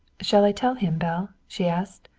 shall i tell him, belle? she asked.